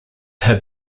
have